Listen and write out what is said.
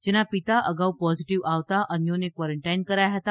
જેના પિતા અગાઉ પોઝીટીવ આવતાં અન્યોને ક્વોરોન્ટાઇન કરાયાં હતા